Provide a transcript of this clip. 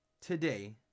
today